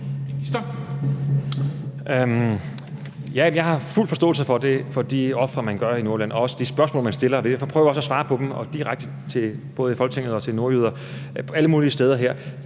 jeg har fuld forståelse for de ofre, man yder i Nordjylland, og for de spørgsmål, man stiller. Jeg prøver også at svare direkte på dem både i Folketinget og til nordjyder,